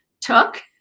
took